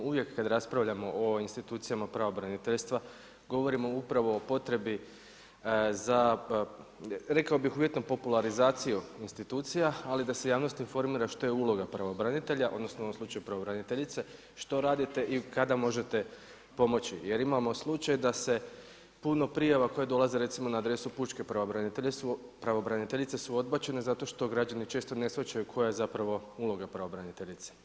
Uvijek kad raspravljamo o ovim institucijama pravobraniteljstva, govorimo upravo o potrebi za rekao uvjetno, popularizaciju institucija ali da se javnost informira što je uloga pravobranitelja odnosno u ovom slučaju pravobraniteljice, što radite i kada možete pomoći jer imamo slučaj da se puno prijava koje dolaze recimo na adresu pučkog pravobraniteljice su odbačene zato što građani često ne shvaćaju koja je zapravo uloga pravobraniteljice.